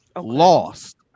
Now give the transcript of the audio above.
Lost